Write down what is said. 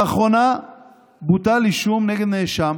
לאחרונה בוטל אישום נגד נאשם